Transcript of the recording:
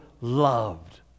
loved